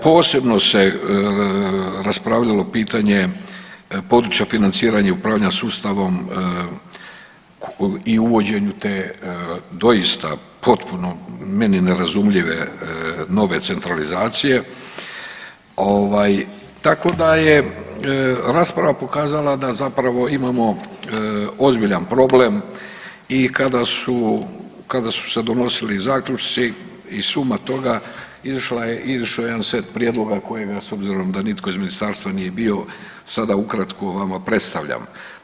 Posebno se raspravljalo pitanje područja financiranja i upravljanja sustavom i uvođenju te doista potpuno meni nerazumljive nove centralizacije, tako da je rasprava pokazala da zapravo imamo ozbiljan problem i kada su se donosili zaključci i suma toga izišao je jedan set prijedloga kojega s obzirom da nitko iz ministarstva nije bio sada ukratko vama predstavljam.